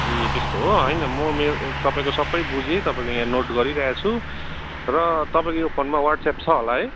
ए त्यस्तो हो होइन म मेरो तपाईँको सबै बुझेँ तपाईँको यहाँ नोट गरिरहेको छु र तपाईँको यो फोनमा वाट्सएप छ होला है